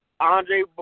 Andre